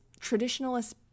traditionalist